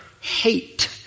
hate